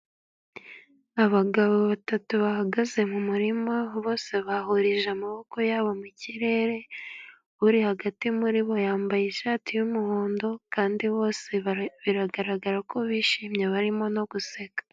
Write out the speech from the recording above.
Abagabo batatu bahagaze mu murima, bose bahurije amaboko yabo mu kirere, uri hagati muri bo yambaye ishati y'umuhondo, kandi bose biragaragara ko bishimye barimo no guseka.